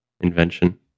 invention